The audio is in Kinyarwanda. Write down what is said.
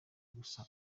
gusa